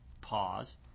Pause